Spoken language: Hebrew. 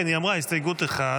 ההסתייגות 1